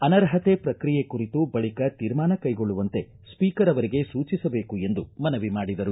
ಅನರ್ಹತೆ ಪ್ರಕ್ರಿಯೆ ಕುರಿತು ಬಳಿಕ ತೀರ್ಮಾನ ಕೈಗೊಳ್ಳುವಂತೆ ಸ್ವೀಕರ್ ಅವರಿಗೆ ಸೂಚಿಸಬೇಕು ಎಂದು ಮನವಿ ಮಾಡಿದರು